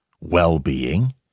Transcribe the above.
well-being